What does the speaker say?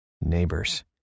neighbors